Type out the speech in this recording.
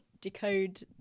decode